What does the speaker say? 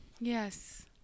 Yes